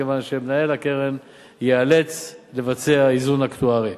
מכיוון שמנהל הקרן ייאלץ לבצע איזון אקטוארי.